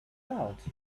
out